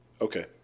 Okay